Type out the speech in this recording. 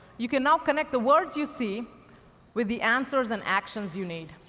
you can now connect the words you see with the answers and actions you need.